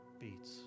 beats